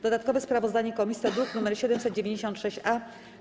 Dodatkowe sprawozdanie komisji to druk nr 796-A.